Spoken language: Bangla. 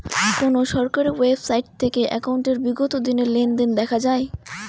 কোন সরকারি ওয়েবসাইট থেকে একাউন্টের বিগত দিনের লেনদেন দেখা যায়?